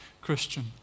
Christian